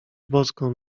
boską